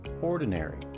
ordinary